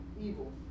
Evil